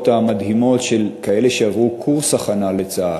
המדהימות של כאלה שעברו קורס הכנה לצה"ל,